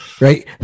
right